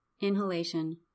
Inhalation